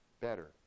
better